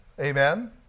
Amen